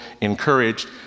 encouraged